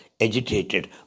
agitated